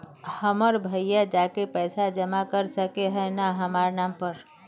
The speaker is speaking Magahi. हमर भैया जाके पैसा जमा कर सके है न हमर नाम पर?